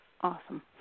Awesome